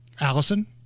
Allison